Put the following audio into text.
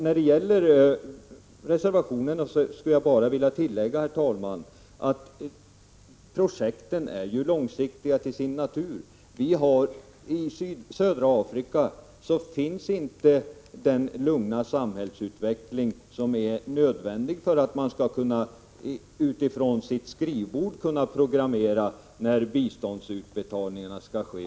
När det gäller reservationerna skulle jag, herr talman, bara vilja tillägga att projekten är långsiktiga till sin natur. I södra Afrika finns inte den lugna samhällsutveckling som är nödvändig för att man från sitt skrivbord skall kunna programmera när biståndsutbetalningarna skall ske.